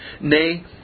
Nay